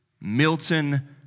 Milton